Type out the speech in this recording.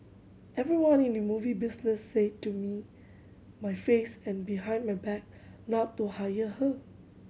everyone in the movie business said to me my face and behind my back not to hire her